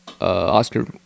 Oscar